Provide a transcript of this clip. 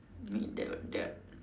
I mean the the